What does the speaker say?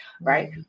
right